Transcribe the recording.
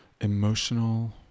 emotional